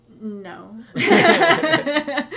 No